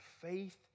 faith